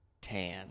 tan